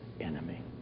enemy